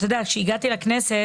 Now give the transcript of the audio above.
כשהגעתי לכנסת,